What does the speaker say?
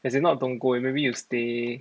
as in not don't go maybe you stay